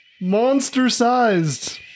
monster-sized